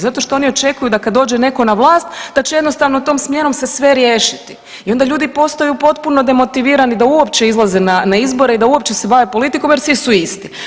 Zato što oni očekuju da kad dođe netko na vlast da će jednostavno tom smjenom se sve riješiti i onda ljudi postaju potpuno demotivirani da uopće izlaze na, na izbore i da uopće se bave politikom jer svi su isti.